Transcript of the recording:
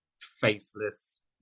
faceless